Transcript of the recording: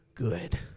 Good